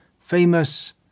famous